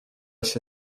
się